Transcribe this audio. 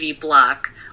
Block